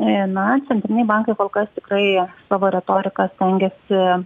į na centriniai bankai kol kas tikrai savo retorika stengiasi